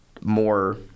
more